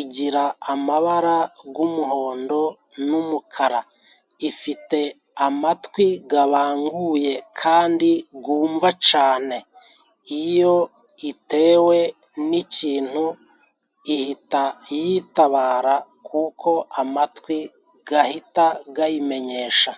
igira amabara g'umuhondo n'umukara, ifite amatwi gabanguye kandi gumva cane iyo itewe n'ikintu ihita yitabara kuko amatwi gahita gayimenyesha.